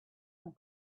and